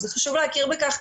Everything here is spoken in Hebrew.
זה חשוב להכיר בכך,